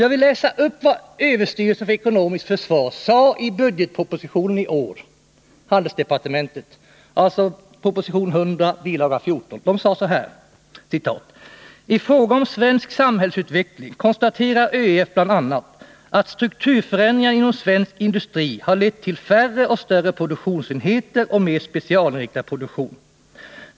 Jag vill läsa upp vad överstyrelsen för ekonomiskt försvar sade i budgetpropositionen i år — proposition 100, bilaga 14, handelsdepartementet: ”I fråga om svensk samhällsutveckling konstaterar ÖEF bl.a. att strukturförändringarna inom svensk industri har lett till färre och större produktionsenheter och mer specialinriktad produktion.